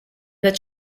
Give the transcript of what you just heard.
that